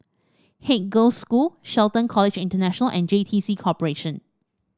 Haig Girls' School Shelton College International and J T C Corporation